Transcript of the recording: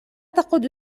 تقود